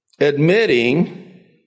admitting